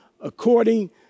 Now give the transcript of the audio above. According